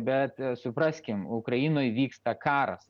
bet supraskim ukrainoj vyksta karas